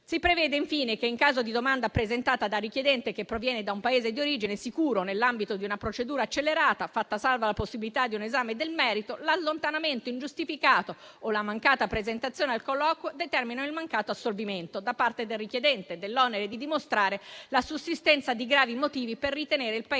Si prevede, infine, che, in caso di domanda presentata da richiedente che proviene da un Paese di origine sicuro, nell'ambito di una procedura accelerata, fatta salva la possibilità di un esame del merito, l'allontanamento ingiustificato o la mancata presentazione al colloquio determinino il mancato assolvimento da parte del richiedente dell'onere di dimostrare la sussistenza di gravi motivi per ritenere il Paese